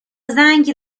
زنگ